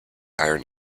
iron